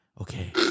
okay